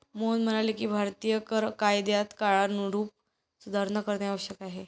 मोहन म्हणाले की भारतीय कर कायद्यात काळानुरूप सुधारणा करणे आवश्यक आहे